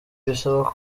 bisaba